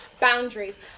boundaries